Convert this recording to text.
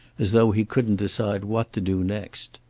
as though he couldn't decide what to do next.